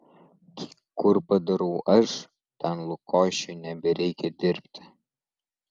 kur padarau aš ten lukošiui nebereikia dirbti